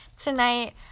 tonight